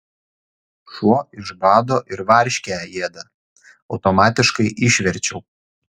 šuo iš bado ir varškę ėda automatiškai išverčiau